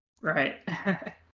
right